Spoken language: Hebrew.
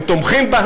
הם תומכים בה,